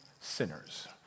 sinners